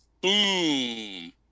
Boom